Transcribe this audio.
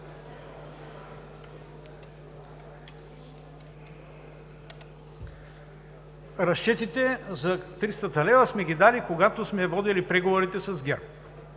Разчетите за 300 лв. сме ги дали, когато сме водили преговорите с ГЕРБ.